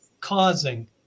causing